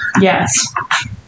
Yes